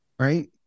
Right